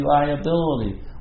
reliability